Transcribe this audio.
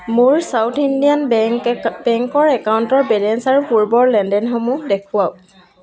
মোৰ south Indian bank বেংকৰ একাউণ্টৰ বেলেঞ্চ আৰু পূৰ্বৰ লেনদেনসমূহ দেখুৱাওক